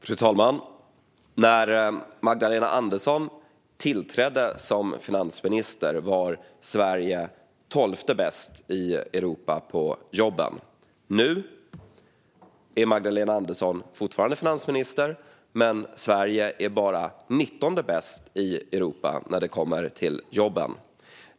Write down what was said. Fru talman! När Magdalena Andersson tillträdde som finansminister var Sverige 12:e bäst i Europa på jobben. Nu är hon fortfarande finansminister, men Sverige är bara 19:e bäst på jobben.